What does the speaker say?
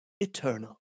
eternal